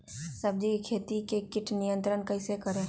सब्जियों की खेती में कीट नियंत्रण कैसे करें?